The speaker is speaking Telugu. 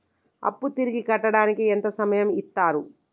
అప్పు తిరిగి కట్టడానికి ఎంత సమయం ఇత్తరు?